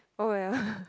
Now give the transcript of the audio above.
oh well